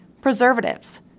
Preservatives